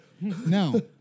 No